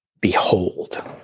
Behold